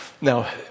Now